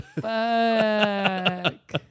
fuck